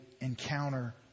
encounter